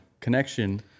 Connection